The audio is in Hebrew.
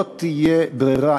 לא תהיה ברירה.